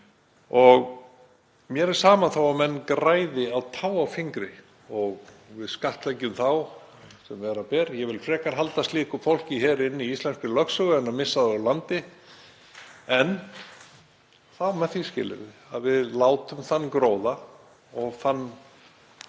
Mér er sama þó að menn græði á tá og fingri og við skattleggjum þá sem vera ber. Ég vil frekar halda slíku fólki hér inni í íslenskri lögsögu en að missa það úr landi en þá með því skilyrði að við látum þann gróða og þann